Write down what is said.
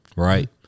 Right